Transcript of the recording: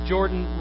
Jordan